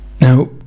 Now